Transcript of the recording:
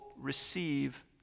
receive